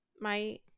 my-